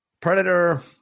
Predator